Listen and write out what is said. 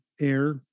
air